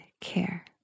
care